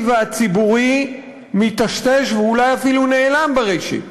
לציבורי מיטשטש ואולי אפילו נעלם ברשת.